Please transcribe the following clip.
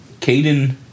Caden